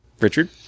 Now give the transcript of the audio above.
Richard